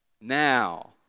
Now